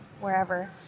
wherever